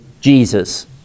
Jesus